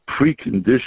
precondition